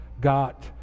got